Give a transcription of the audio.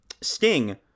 Sting